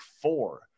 four